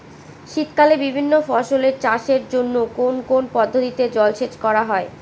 শীতকালে বিভিন্ন ফসলের চাষের জন্য কোন কোন পদ্ধতিতে জলসেচ করা হয়?